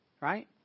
right